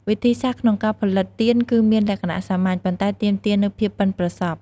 វិធីសាស្រ្តក្នុងការផលិតទៀនគឺមានលក្ខណៈសាមញ្ញ ប៉ុន្តែទាមទារនូវភាពប៉ិនប្រសប់។